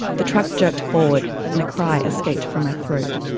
the truck jerked forward and a cry escaped from my throat.